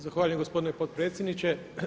Zahvaljujem gospodine potpredsjedniče.